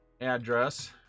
address